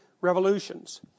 revolutions